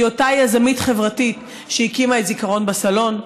היא אותה יזמית חברתית שהקימה את זיכרון בסלון,